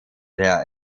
der